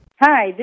Hi